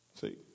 See